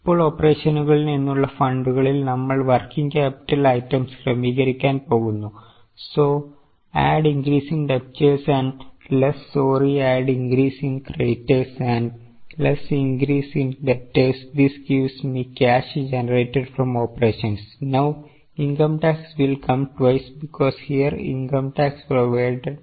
ഇപ്പോൾ ഓപ്പറേഷനുകളിൽ നിന്നുള്ള ഫണ്ടുകളിൽ നമ്മൾ വർക്കിങ് ക്യാപിറ്റൽ ഐറ്റംസ് ക്രമീകരിക്കാൻ പോകുന്നു so add increasing debtors and less sorry add increase in creditors and less increase in debtors this gives me cash generated from operations now income tax will come twice because here income tax provided was added